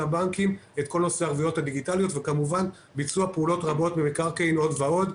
הבנקים את כל הנושא וכמובן ביצוע פעולות רבות במקרקעין עוד ועוד.